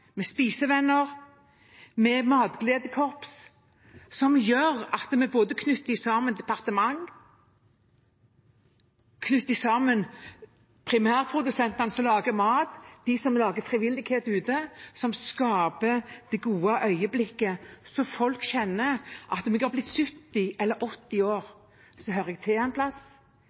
med spisevenner og med matgledekorps. Det gjør at vi knytter sammen departementer, knytter sammen primærprodusentene som lager mat, de som står for frivillighet ute, som skaper det gode øyeblikket, sånn at folk kjenner at selv om jeg har blitt 70 år eller 80 år, hører jeg til en plass,